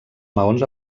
maons